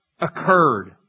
occurred